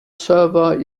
server